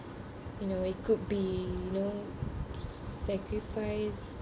you know it could be you know sacrifice